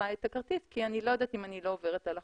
את הכרטיס כי הן לא יודעות אם הןלא עוברות על החוק.